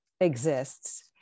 exists